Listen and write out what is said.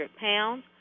pounds